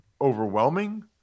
overwhelming